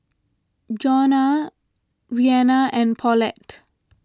Johnna Reanna and Paulette